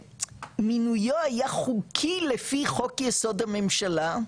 שמינויו היה חוקי לפי חוק יסוד הממשלה,